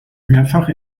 mehrfach